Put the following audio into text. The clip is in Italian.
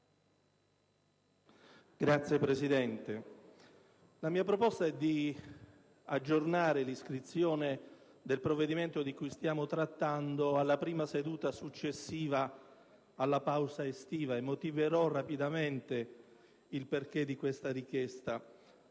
la mia proposta è di aggiornare l'iscrizione del provvedimento di cui stiamo trattando alla prima seduta successiva alla pausa estiva, e motiverò rapidamente il perché di questa richiesta.